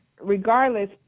regardless